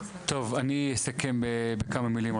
טוב, אני אסכם בכמה מילים.